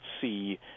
see